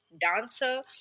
dancer